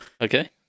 Okay